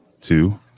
two